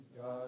God